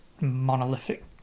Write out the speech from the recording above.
monolithic